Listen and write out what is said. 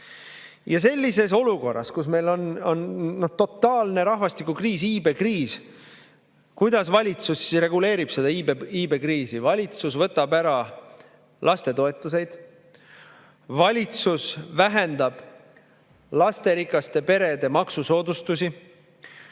Ja sellises olukorras, kus meil on totaalne rahvastikukriis, iibekriis – kuidas valitsus reguleerib seda iibekriisi? Valitsus võtab ära lastetoetusi. Valitsus vähendab lasterikaste perede maksusoodustusi.